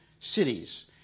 cities